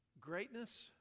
Greatness